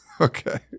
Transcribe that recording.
Okay